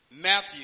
Matthew